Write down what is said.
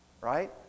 Right